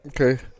Okay